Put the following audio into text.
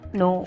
no